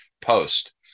post